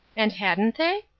and hadn't they?